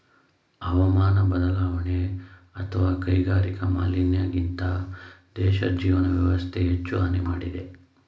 ಹವಾಮಾನ ಬದಲಾವಣೆ ಅತ್ವ ಕೈಗಾರಿಕಾ ಮಾಲಿನ್ಯಕ್ಕಿಂತ ದೇಶದ್ ಜೀವನ ವ್ಯವಸ್ಥೆಗೆ ಹೆಚ್ಚು ಹಾನಿ ಮಾಡಿದೆ